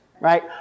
right